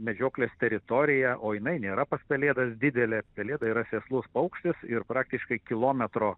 medžioklės teritorija o jinai nėra pas pelėdas didelė pelėda yra sėslus paukštis ir praktiškai kilometro